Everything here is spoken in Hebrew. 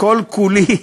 כל כולי,